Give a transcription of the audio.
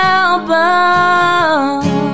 album